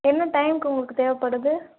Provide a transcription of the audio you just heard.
என்ன டைமுக்கு உங்களுக்கு தேவைப்படுது